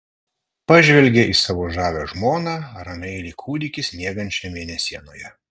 pažvelgė į savo žavią žmoną ramiai lyg kūdikis miegančią mėnesienoje